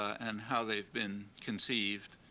and how they've been conceived,